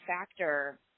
factor